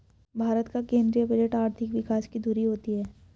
भारत का केंद्रीय बजट आर्थिक विकास की धूरी होती है